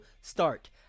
start